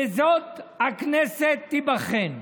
בזאת הכנסת תיבחן.